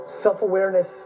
self-awareness